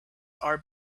are